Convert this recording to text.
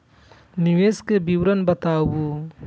निवेश के विवरण बताबू?